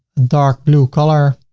dark blue color.